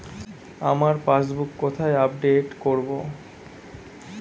আমার পাসবুক কোথায় আপডেট করব?